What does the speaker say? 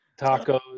tacos